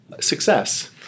success